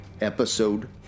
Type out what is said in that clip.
episode